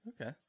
Okay